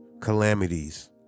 calamities